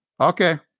Okay